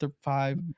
five